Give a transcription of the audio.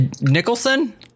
Nicholson